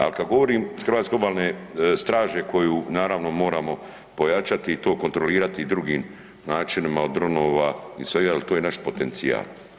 Ali kada govorim Hrvatske obalne straže koju naravno moramo pojačati i to kontrolirati i drugim načinima od dronova i svega j er to je naš potencijal.